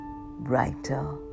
brighter